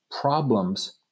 problems